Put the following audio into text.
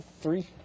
three